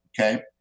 Okay